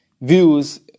views